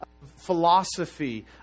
philosophy